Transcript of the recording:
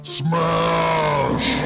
smash